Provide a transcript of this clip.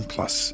Plus